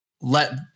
let